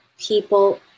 people